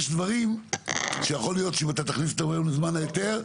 יש דברים שיכול להיות שאם אתה תכניס אותם לזמן ההיתר,